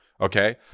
Okay